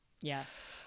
Yes